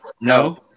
No